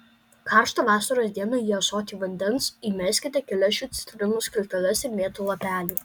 karštą vasaros dieną į ąsotį vandens įmeskite kelias šių citrinų skilteles ir mėtų lapelių